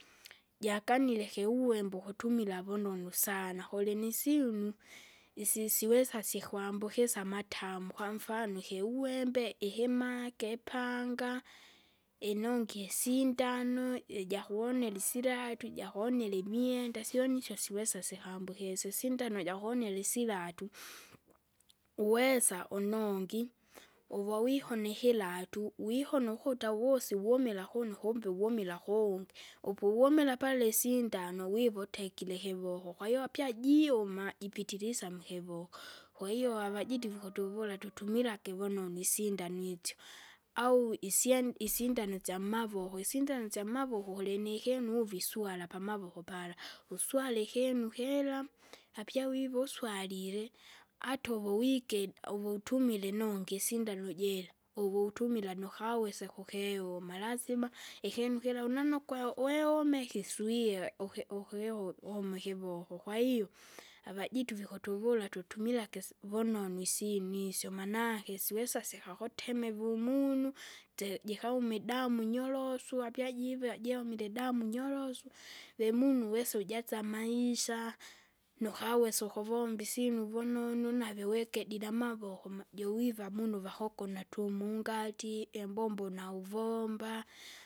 Jakanile kiuwembe ukutumila vunonu sana, kulinisiunu, isisiweza sikwambukisye amatamu, kwamfano ikiuwembe, ikimage, ipanga, inongi isindano, jijakuwonela isilatu, ijawonela imwenda, syoni isyo siwesa sikambukisye. Isindano jakonela isilatu, uwesa unongi, uvya wihona ikilatu, wihona ukuta wusi wumila kuno kumbe wumila kuungi, upuwumila pala isindano wiva utekire ikivoko kwahiyo apyajiuma, jipitilisa mukivoko. Kwahiyo avajitua vikutuvula tutumilake vunonu isindano itsyo. Au isyeni isindano syammavoko, isindano isyammavoko kulinikinu uvi suala pamavoko pala, uswale ikinu kira, apya uvivu uswalile, ata uviwike uvutumia inongi isindano jira, uvutumila nukawese kukiuma. Lazima, ikinu kira unannukwe weumeke iswie, uki- ukiu- ume ikivoko, kwahiyo, avajitu vikutuvula tutumilake isi- vunonu isyinu isyo manake, siwesa sikakuteme vumunu, tse- jikaume idamu nyorosu apyajivea jivea jaumile damu nyorosu. Vemunu uwesa ujasa amaisha, nukawesa ukuvomba isyinu vunonu, nave uwekedira amavoko ma- jouuwiva munu vakoko natumungati, imbombo nauvomba.